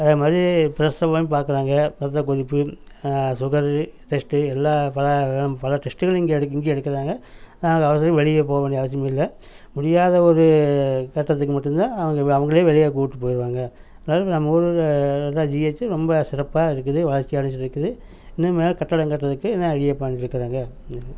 அதே மாதிரி பிரசவம் பார்க்கறாங்க ரத்தக் கொதிப்பு சுகரு டெஸ்ட்டு எல்லா பலவிதமான பல டெஸ்டுகளும் இங்கே இங்கேயே எடுக்கிறாங்க அதாவது வெளியே போகவேண்டிய அவசியமில்லை முடியாத ஒரு கட்டத்துக்கு மட்டும்தான் அங்கே அவங்களே வெளியே கூட்டு போயிடுவாங்க அதனால் நம்ம ஊர் ஜிஹெச் ரொம்ப சிறப்பாக இருக்குது வளர்ச்சி அடைஞ்சிருக்குது இன்னும் மேலே கட்டடம் கட்டுறதுக்கு இன்னும் ஐடியா பண்ணிட்டுருக்குறாங்க